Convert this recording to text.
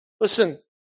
Listen